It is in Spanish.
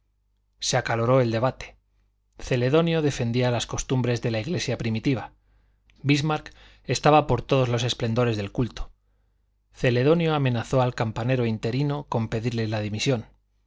se acaloró el debate celedonio defendía las costumbres de la iglesia primitiva bismarck estaba por todos los esplendores del culto celedonio amenazó al campanero interino con pedirle la dimisión